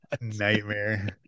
nightmare